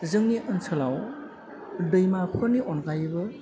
जोंंनि ओनसोलाव दैमाफोरनि अनगायैबो